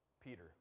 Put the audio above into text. Peter